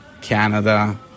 Canada